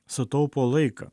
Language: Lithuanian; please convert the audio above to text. sutaupo laiką